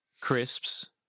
crisps